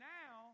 now